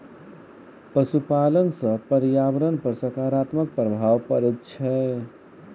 पशुपालन सॅ पर्यावरण पर साकारात्मक प्रभाव पड़ैत छै